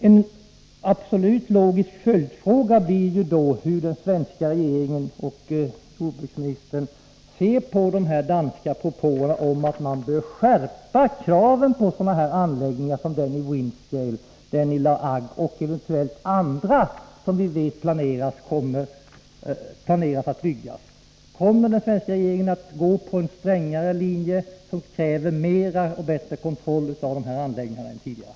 En logisk följdfråga blir hur den svenska regeringen och jordbruksminis tern ser på de danska propåerna om att man bör skärpa kraven på sådana anläggningar som den i Windscale, den i La Hague och andra planerade anläggningar. Kommer den svenska regeringen att gå på en strängare linje som kräver mera och bättre kontroll av de här anläggningarna än tidigare?